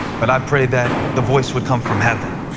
but i pray that the voice would come from heaven.